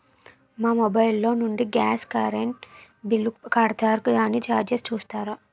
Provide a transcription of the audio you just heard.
మా మొబైల్ లో నుండి గాస్, కరెన్ బిల్ కడతారు దానికి చార్జెస్ చూస్తారా?